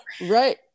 Right